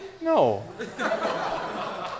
No